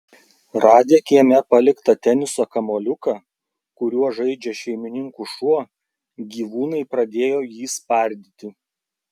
radę kieme paliktą teniso kamuoliuką kuriuo žaidžia šeimininkų šuo gyvūnai pradėjo jį spardyti